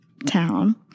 Town